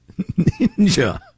Ninja